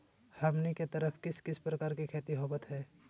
हमनी के तरफ किस किस प्रकार के खेती होवत है?